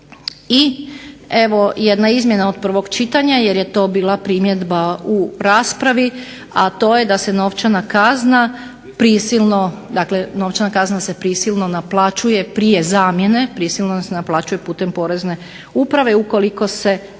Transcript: i jedna izmjena od prvog čitanja jer je to bila primjedba u raspravi a to je da se novčana kazna prisilno naplaćuje prije zamjene, prisilno se naplaćuje putem porezne uprave ukoliko se ne